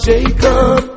Jacob